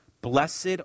Blessed